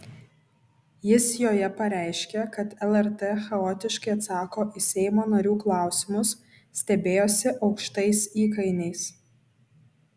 jis joje pareiškė kad lrt chaotiškai atsako į seimo narių klausimus stebėjosi aukštais įkainiais